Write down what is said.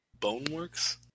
Boneworks